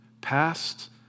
Past